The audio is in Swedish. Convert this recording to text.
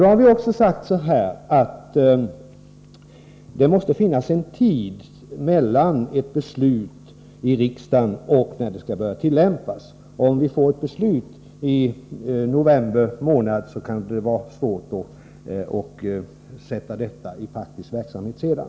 Vi har också sagt att det krävs en viss tid innan ett beslut som fattats i riksdagen kan börja tillämpas. Om ett beslut fattas exempelvis i november månad kan det vara svårt att samma år genomföra beslutet praktiskt.